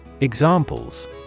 Examples